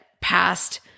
past